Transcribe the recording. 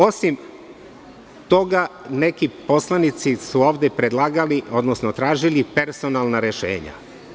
Osim toga neki poslanici su ovde predlagali, odnosno tražili personalna rešenja.